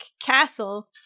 Castle